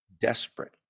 desperate